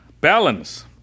balance